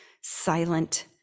silent